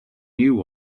new